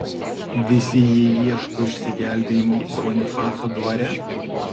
visi jie ieško išsigelbėjimo bonifaco dvare